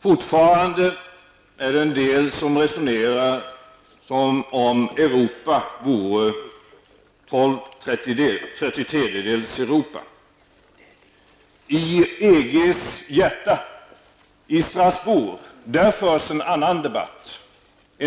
Fortfarande är det en del som resonerar som om Europa vore tolv trettiotredjedels Europa. I EGs hjärta, Strasbourg, förs en annan